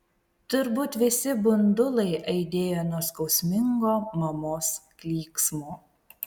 turbūt visi bundulai aidėjo nuo skausmingo mamos klyksmo